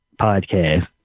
podcast